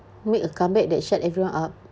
make a comeback that shut everyone up